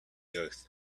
earth